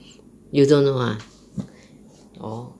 you don't know ah oh